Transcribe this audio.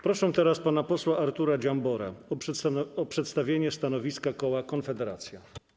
Proszę teraz pana posła Artura Dziambora o przedstawienie stanowiska koła Konfederacja.